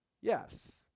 Yes